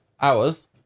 hours